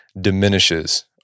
diminishes